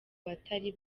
batari